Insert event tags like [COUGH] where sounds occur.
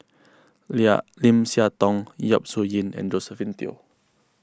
[UNINTELLIGIBLE] Lim Siah Tong Yap Su Yin and Josephine Teo